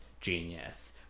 genius